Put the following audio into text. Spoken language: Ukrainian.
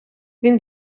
він